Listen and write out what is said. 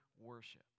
worship